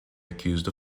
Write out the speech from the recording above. accused